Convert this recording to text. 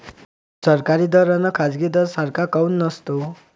सरकारी दर अन खाजगी दर सारखा काऊन नसतो?